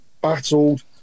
battled